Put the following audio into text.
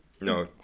No